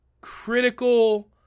critical